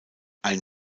ein